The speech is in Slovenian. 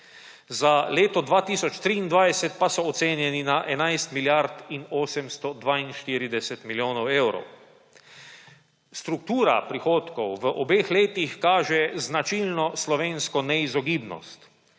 za leto 2023 pa so ocenjeni na 11 milijard in 842 milijonov evrov. Struktura prihodkov v obeh letih kaže značilno slovensko neizogibnost.